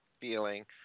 feeling